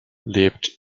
lebt